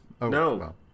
No